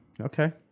Okay